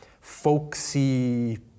folksy